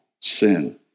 sin